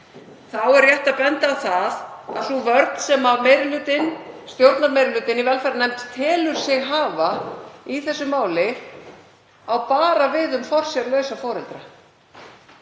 Þá er rétt að benda á það að sú vörn sem stjórnarmeirihlutinn í velferðarnefnd telur sig hafa í þessu máli á bara við um forsjárlausa foreldra